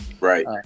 right